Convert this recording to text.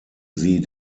sie